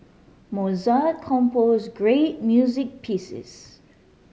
Mozart composed great music pieces